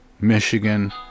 Michigan